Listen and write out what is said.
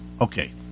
Okay